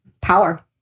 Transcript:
power